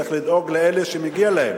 וצריך לדאוג לאלה שמגיע להם.